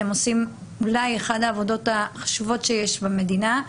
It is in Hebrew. אולי אתם עושים את אחת העבודות החשובות שיש במדינה.